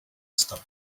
stop